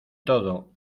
todo